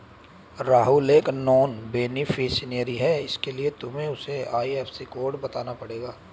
राहुल एक non beneficiary है इसीलिए तुम्हें उसे आई.एफ.एस.सी कोड बताना पड़ेगा